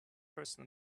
person